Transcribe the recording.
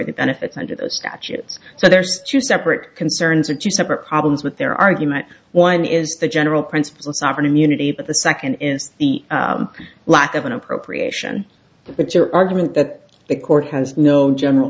the benefits under the statutes so there's two separate concerns or two separate problems with their argument one is the general principle of sovereign immunity but the second is the lack of an appropriation but your argument that the court has no general